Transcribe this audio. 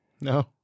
No